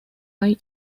hay